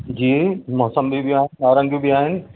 जी मौसमी बि आहे नारंगियूं बि आहिनि